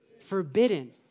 Forbidden